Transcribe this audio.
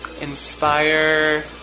Inspire